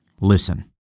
listen